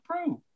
approve